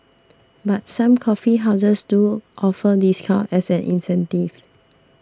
but some coffee houses do offer discounts as an incentive